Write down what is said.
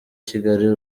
kigali